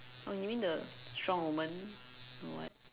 oh you mean the strong woman don't know what